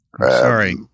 Sorry